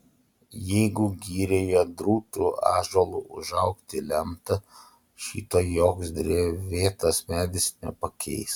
jeigu girioje drūtu ąžuolu užaugti lemta šito joks drevėtas medis nepakeis